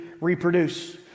reproduce